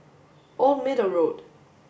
Old Middle Road